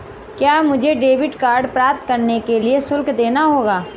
क्या मुझे debit card प्राप्त करने के लिए शुल्क देना होगा?